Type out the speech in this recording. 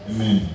Amen